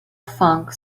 funk